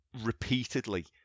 repeatedly